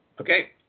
okay